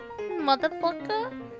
motherfucker